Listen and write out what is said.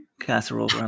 casserole